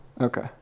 okay